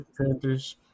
Panthers